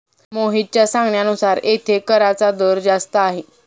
मोहितच्या सांगण्यानुसार येथे कराचा दर जास्त आहे